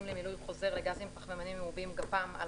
למילוי חוזר לגזים פחמימניים מעובים (גפ"מ) ,